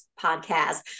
podcast